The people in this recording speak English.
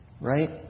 Right